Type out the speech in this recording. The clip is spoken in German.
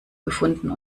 gefunden